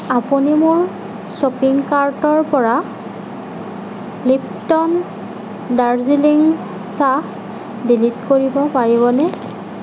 আপুনি মোৰ শ্বপিং কাৰ্টৰ পৰা লিপট'ন দাৰ্জিলিং চাহ ডিলিট কৰিব পাৰিবনে